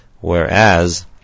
whereas